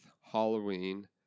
Halloween